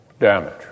damage